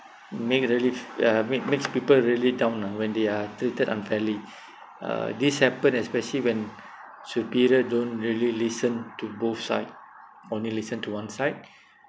make really uh make makes people really down lah when they are treated unfairly uh this happen especially when superior don't really listen to both side only listen to one side